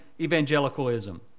evangelicalism